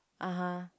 (uh huh)